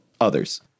others